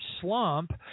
slump